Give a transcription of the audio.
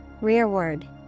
Rearward